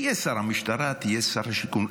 תהיה שר המשטרה, תהיה שר השיכון.